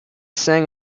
sang